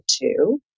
two